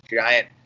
giant